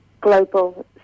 global